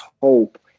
hope